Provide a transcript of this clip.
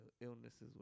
illnesses